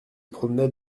promenait